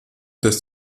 des